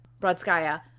Brodskaya